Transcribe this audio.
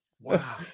wow